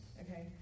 okay